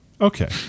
okay